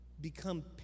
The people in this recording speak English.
Become